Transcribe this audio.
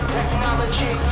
Technology